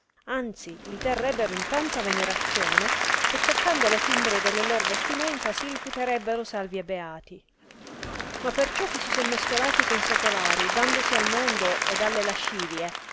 anzi li terrebbeno in tanta venerazione che toccando le fimbrie delle lor vestimenta si riputerebbeno salvi e beati ma perciò che si sono mescolati con secolari dandosi al mondo ed alle lascivie